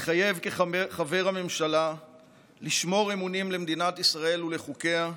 מתחייב כחבר הממשלה לשמור אמונים למדינת ישראל ולחוקיה,